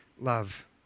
love